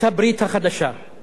אני קיבלתי לא אחת